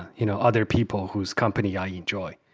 you know, other people whose company i enjoy.